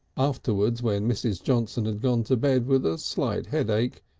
afterwards, when mrs. johnson had gone to bed with a slight headache,